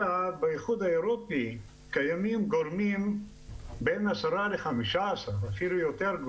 אלא באיחוד האירופי קיימים בין 10-15 ואפילו יותר,